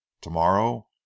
Tomorrow